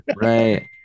Right